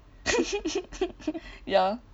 ya